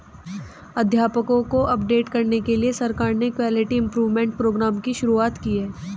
अध्यापकों को अपडेट करने के लिए सरकार ने क्वालिटी इम्प्रूव्मन्ट प्रोग्राम की शुरुआत भी की है